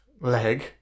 leg